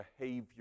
behavior